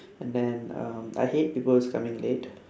and then um I hate people is coming late